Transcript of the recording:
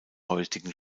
heutigen